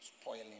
spoiling